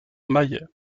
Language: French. mayet